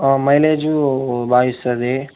mileage బాగా ఇస్తుంది